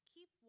Keep